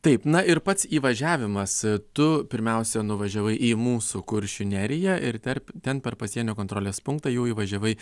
taip na ir pats įvažiavimas tu pirmiausia nuvažiavai į mūsų kuršių neriją ir tarp ten per pasienio kontrolės punktą jau įvažiavai